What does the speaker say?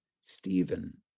Stephen